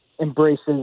embraces